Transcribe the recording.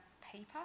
paper